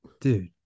dude